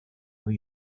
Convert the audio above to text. new